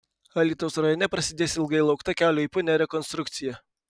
alytaus rajone prasidės ilgai laukta kelio į punią rekonstrukcija